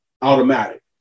automatic